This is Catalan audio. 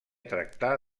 tractar